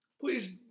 please